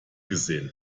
gesehen